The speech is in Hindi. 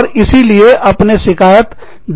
और इसीलिए आपने शिकायत दर्ज की है